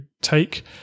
take